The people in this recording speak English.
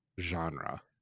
genre